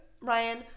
Ryan